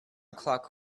clock